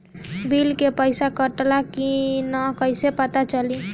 Bill के पइसा कटल कि न कइसे पता चलि?